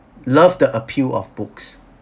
love the appeal of books